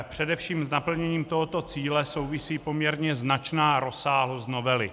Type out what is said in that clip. Především s naplněním tohoto cíle souvisí poměrně značná rozsáhlost novely.